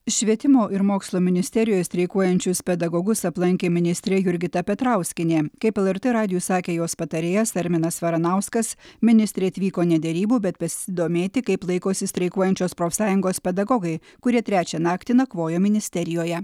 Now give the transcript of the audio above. švietimo ir mokslo ministerijoje streikuojančius pedagogus aplankė ministrė jurgita petrauskienė kaip lrt radijui sakė jos patarėjas arminas varanauskas ministrė atvyko ne derybų bet pasidomėti kaip laikosi streikuojančios profsąjungos pedagogai kurie trečią naktį nakvojo ministerijoje